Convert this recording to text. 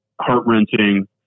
heart-wrenching